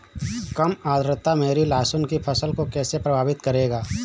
कम आर्द्रता मेरी लहसुन की फसल को कैसे प्रभावित करेगा?